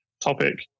topic